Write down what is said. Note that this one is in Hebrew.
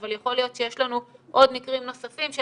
אבל יכול להיות שיש לנו עוד מקרים נוספים של